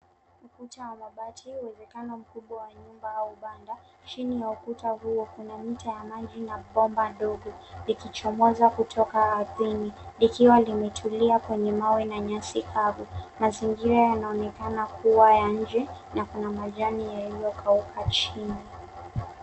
Ukuta wa mabati, uwezekano wa nyumba au banda. Chini ya ukuta huo, kuna mito ya maji na bomba dogo likichomoza kutoka ardhini likiwa limetulia kwenye mawe na nyasi kavu. Mazingira yanaonekana kuwa ya nje na kuna majani yaliyokauka chini.